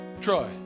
Troy